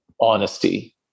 honesty